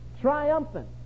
triumphant